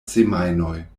semajnoj